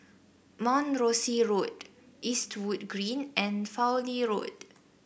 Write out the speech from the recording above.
Mount Rosie Road Eastwood Green and Fowlie Road